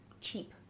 cheap